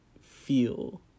feel